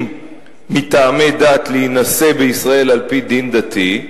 מטעמי דת להינשא בישראל על-פי דין דתי,